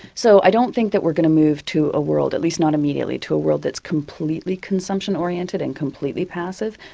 so i don't think that we're going to move to a world at least not immediately to a world that's completely consumption oriented and completely passive,